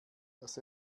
das